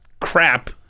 crap